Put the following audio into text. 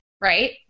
right